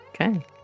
Okay